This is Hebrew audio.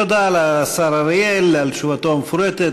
תודה לשר אריאל על תשובתו המפורטת.